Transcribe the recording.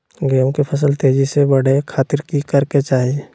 गेहूं के फसल तेजी से बढ़े खातिर की करके चाहि?